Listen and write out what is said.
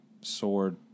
sword